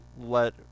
let